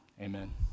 Amen